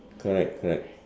correct correct